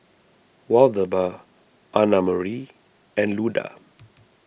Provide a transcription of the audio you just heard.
Waldemar Annamarie and Luda